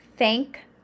Thank